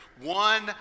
one